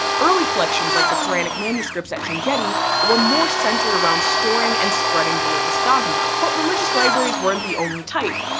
early collections like the quranic manuscripts at chinguetti were more centered around storing and spreading religious dogma. but religious libraries weren't the only type.